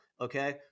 okay